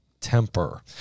temper